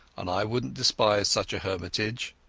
and i wouldnat despise such a hermitage.